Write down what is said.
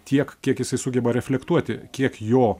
tiek kiek jisai sugeba reflektuoti kiek jo